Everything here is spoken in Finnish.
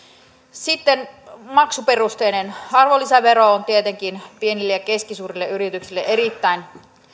sitten maksuperusteinen arvonlisävero on tietenkin pienille ja keskisuurille yrityksille erittäin